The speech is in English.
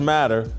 Matter